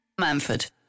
Manford